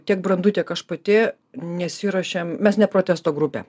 tiek brandu tiek aš pati nesiruošiam mes ne protesto grupė